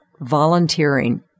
volunteering